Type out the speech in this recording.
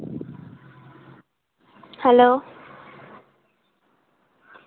hello